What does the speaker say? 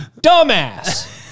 dumbass